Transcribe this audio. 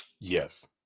Yes